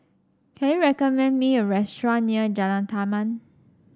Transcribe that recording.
can you recommend me a restaurant near Jalan Taman